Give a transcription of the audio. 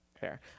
Fair